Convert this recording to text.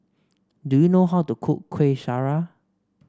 do you know how to cook Kueh Syara